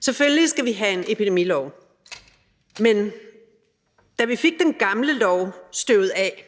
Selvfølgelig skal vi have en epidemilov, men da vi fik den gamle lov støvet af,